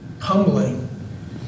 humbling